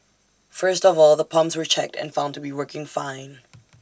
first of all the pumps were checked and found to be working fine